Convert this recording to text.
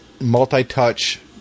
multi-touch